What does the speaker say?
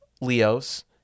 Leos